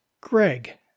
Greg